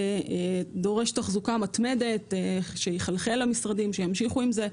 זה דורש תחזוקה מתמדת וחלחול למשרדים כדי שיתמידו עם זה,